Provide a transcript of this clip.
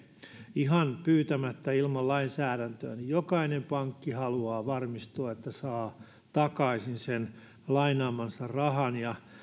ihan pyytämättä ilman lainsäädäntöä eli jokainen pankki haluaa varmistua että saa takaisin sen lainaamansa rahan